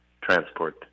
transport